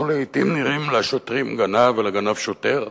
אנחנו לעתים נראים לשוטר גנב ולגנב שוטר,